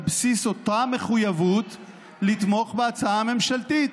על בסיס אותה מחויבות לתמוך בהצעה הממשלתית.